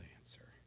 answer